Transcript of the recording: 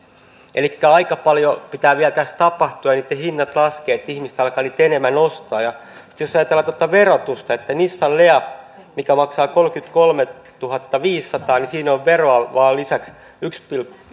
elikkä aika paljon pitää vielä tässä tapahtua ja niitten hintojen laskea että ihmiset alkavat niitä enemmän ostaa sitten jos ajatellaan tuota verotusta nissan leaf mikä maksaa kolmekymmentäkolmetuhattaviisisataa siinä on veroa lisäksi vain